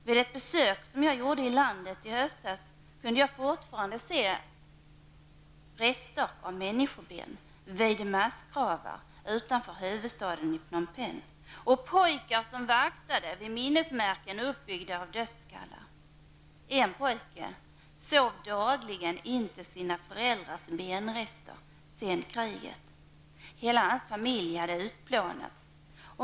Vid ett besök som jag gjorde i landet i höstas fanns det fortfarande rester av människoben vid massgravarna utanför huvudstaden Pnom Phen. Pojkar vaktade vid minnesmärken uppbyggda av dödskallar. En pojke sov dagligen sedan kriget intill sina föräldrars benrester. Hela hans familj hade utplånats.